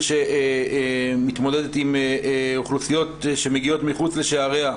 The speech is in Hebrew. שמתמודדת עם אוכלוסיות שמגיעות מחוץ לשעריה,